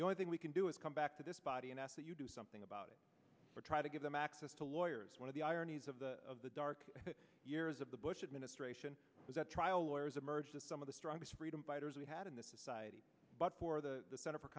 the only thing we can do is come back to this body and ask that you do something about it or try to give them access to lawyers one of the ironies of the of the dark years of the bush administration was that trial lawyers emerged as some of the strongest freedom fighters we had in the society but for the center for